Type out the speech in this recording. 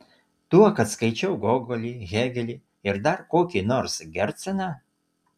tuo kad skaičiau gogolį hėgelį ir dar kokį nors gerceną